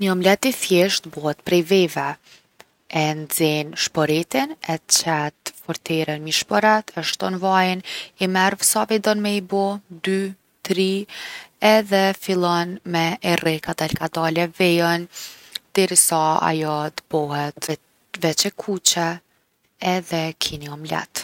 Ni omlet i thjeshtë bohet prej veve. E nxen shporetin, e qet forteren mi shporet, i shton vajin, i merr sa ve don me i bo, 2, 3, edhe fillon me e rreh kadal kadale vejën deri sa ajo t’bohet veq e kuqe edhe ki ni omlet.